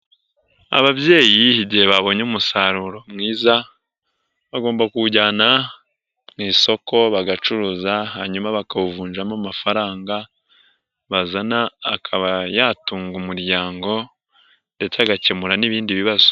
Ababyeyi igihe babonye umusaruro mwiza, bagomba kuwujyana mu isoko bagacuruza, hanyuma bakawuvunjamo amafaranga, bazana akaba yatunga umuryango ndetse agakemura n'ibindi bibazo.